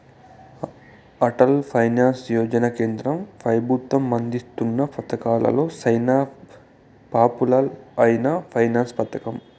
Atal pension Yojana కేంద్ర పెబుత్వం అందిస్తున్న పతకాలలో సేనా పాపులర్ అయిన పెన్సన్ పతకం